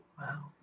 wow